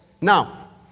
Now